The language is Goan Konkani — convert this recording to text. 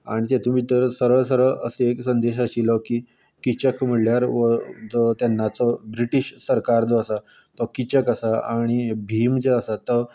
आनी तेतूंत भितर सरळ सरळ अशें एक ध्येय आशिल्लो की किचक म्हळ्यार हो जो तेन्नाचो ब्रिटीश सरकार जो आसा तो किचक आसा आनी भीम जो आसा तो